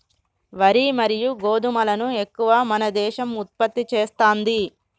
వరి మరియు గోధుమలను ఎక్కువ మన దేశం ఉత్పత్తి చేస్తాంది